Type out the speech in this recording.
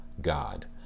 God